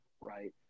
Right